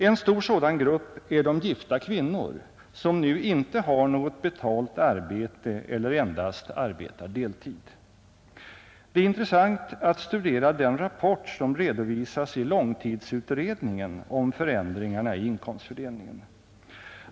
En stor grupp är de gifta kvinnor som nu icke har något betalt arbete eller endast arbetar deltid. Det är intressant att studera den rapport som redovisas i långtidsutredningen om förändringarna i inkomstfördelningen.